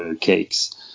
Cakes